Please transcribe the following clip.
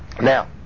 now